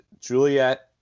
Juliet